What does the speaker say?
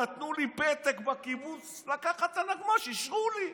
נתנו לי פתק בקיבוץ לקחת את הנגמ"ש, אישרו לי.